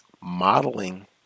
Modeling